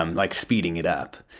um like, speeding it up.